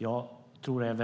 Jag tror att